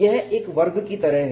यह एक वर्ग की तरह है